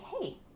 hey